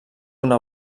una